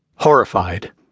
Horrified